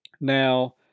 Now